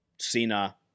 Cena